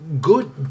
good